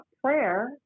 prayer